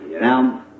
now